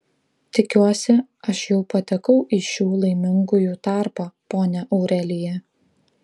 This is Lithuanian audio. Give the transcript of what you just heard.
tikiuosi aš jau patekau į šių laimingųjų tarpą ponia aurelija